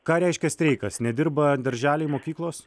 ką reiškia streikas nedirba darželiai mokyklos